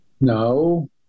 no